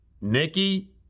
Nikki